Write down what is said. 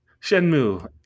Shenmue